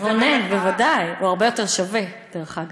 רונן, בוודאי, הוא הרבה יותר שווה, דרך אגב.